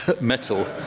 metal